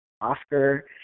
Oscar